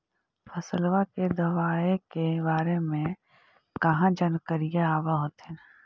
फसलबा के दबायें के बारे मे कहा जानकारीया आब होतीन?